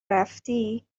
رفتی